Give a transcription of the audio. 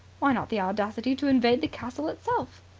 why not the audacity to invade the castle itself?